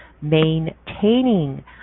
maintaining